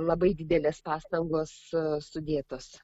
labai didelės pastangos sudėtos